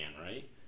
right